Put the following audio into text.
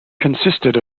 consisted